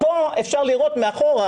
אפשר לראות מאחורה,